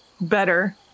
better